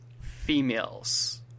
females